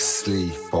sleep